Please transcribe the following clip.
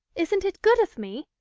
isn't it good of me!